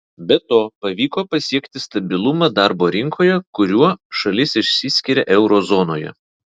be to pavyko pasiekti stabilumą darbo rinkoje kuriuo šalis išsiskiria euro zonoje